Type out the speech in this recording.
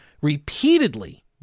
repeatedly